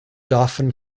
dauphin